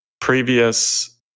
previous